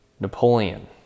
Napoleon